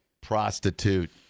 prostitute